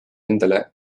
endale